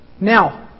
Now